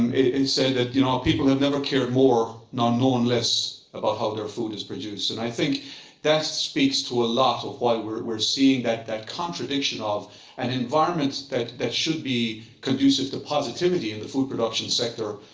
and said that you know people have never cared more nor known less about how their food is produced. and i think that speaks to a lot of why we're seeing that that contradiction of an environment that that should be conducive to positivity in the food production sector.